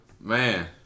Man